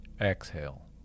exhale